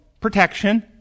protection